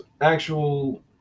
actual